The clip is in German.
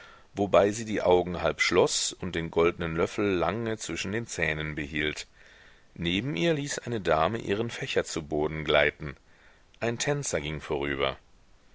wobei sie die augen halb schloß und den goldnen löffel lange zwischen den zähnen behielt neben ihr ließ eine dame ihren fächer zu boden gleiten ein tänzer ging vorüber